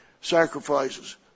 sacrifices